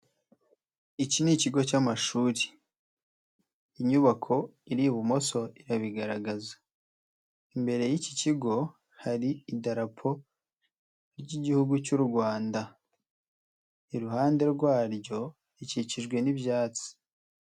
Iki ni ikigo cy'amashuri. Inyubako iri ibumoso irabigaragaza. Imbere y'iki kigo hari idarapo ry'Igihugu cy'u Rwanda. Iruhande rwaryo ikikijwe n'ibyatsi.